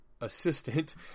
assistant